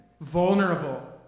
vulnerable